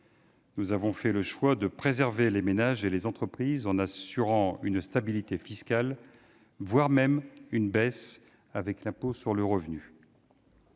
Nous avons fait le choix de préserver les ménages et les entreprises, en assurant une stabilité fiscale, voire une baisse, avec l'impôt sur le revenu.